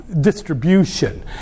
distribution